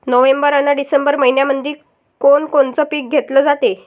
November अन December मइन्यामंधी कोण कोनचं पीक घेतलं जाते?